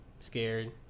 scared